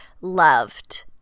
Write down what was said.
loved